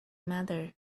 matter